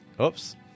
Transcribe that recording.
Oops